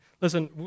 Listen